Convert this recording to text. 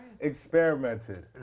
Experimented